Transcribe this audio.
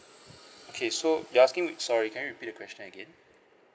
okay so you're asking which sorry can you repeat the question again